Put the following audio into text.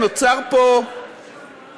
נוצר פה עיוות,